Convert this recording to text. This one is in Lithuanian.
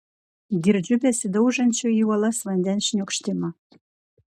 girdžiu besidaužančio į uolas vandens šniokštimą